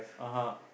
(uh huh)